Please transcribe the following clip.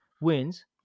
wins